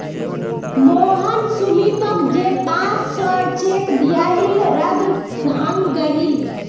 मोहन सुमीतोक जे पांच सौर चेक दियाहिल रद्द हंग गहील